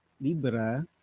Libra